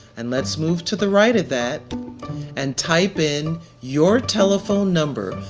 and let's move to the right of that and type in your telephone number,